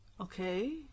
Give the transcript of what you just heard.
Okay